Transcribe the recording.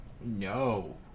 No